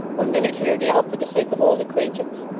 one minute, haredale, for the sake of old acquaintance